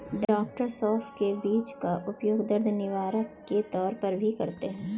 डॉ सौफ के बीज का उपयोग दर्द निवारक के तौर पर भी करते हैं